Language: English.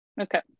Okay